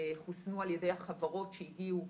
חוסנו על ידי החברות שהגיעו,